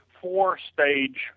four-stage